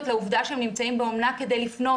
לעובדה שהם נמצאים באומנה כדי לפנות.